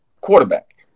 quarterback